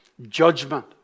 Judgment